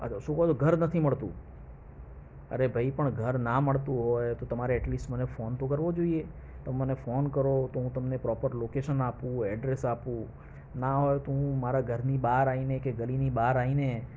શું કહો છો ઘર નથી મળતું અરે ભાઈ પણ ઘર ના મળતું હોય તો તમારે એટલીસ્ટ મને ફોન તો કરવો જોઈએ તમે મને ફોન કરો તો હું તમને પ્રોપર લોકેશન આપું એડ્રેસ આપું ના હોય તો હું મારા ઘરની બહાર આવીને કે ગલીની બહાર આવીને